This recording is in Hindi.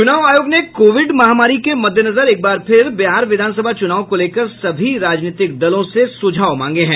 चूनाव आयोग ने कोविड महामारी के मददेनजर एक बार फिर बिहार विधानसभा चूनाव को लेकर सभी राजनीतिक दलों से सुझाव मांगे हैं